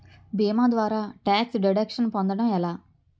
భీమా ద్వారా tax deduction పొందటం ఎలా?